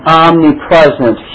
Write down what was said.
omnipresent